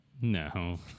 No